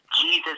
Jesus